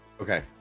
Okay